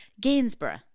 Gainsborough